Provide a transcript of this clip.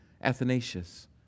Athanasius